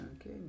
Okay